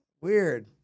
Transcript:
weird